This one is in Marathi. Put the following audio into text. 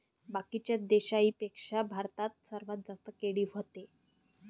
बाकीच्या देशाइंपेक्षा भारतात सर्वात जास्त केळी व्हते